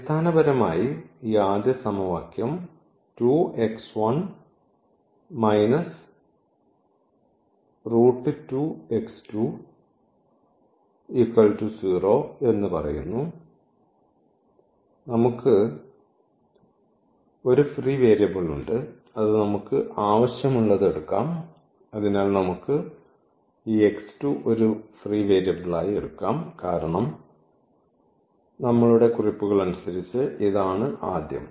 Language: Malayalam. അടിസ്ഥാനപരമായി ഈ ആദ്യ സമവാക്യം എന്ന് പറയുന്നു നമുക്ക് ഒരു ഫ്രീ വേരിയബിൾ ഉണ്ട് അത് നമുക്ക് ആവശ്യമുള്ളത് എടുക്കാം അതിനാൽ നമുക്ക് ഈ x2 ഒരു ഫ്രീ വേരിയബിളായി എടുക്കാം കാരണം നമ്മളുടെ കുറിപ്പുകൾ അനുസരിച്ച് ഇതാണ് ആദ്യം